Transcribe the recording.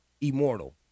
immortal